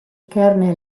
kernel